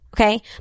okay